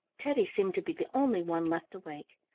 teddy seemed to be the only one left awake.